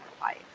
life